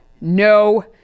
no